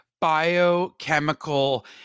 biochemical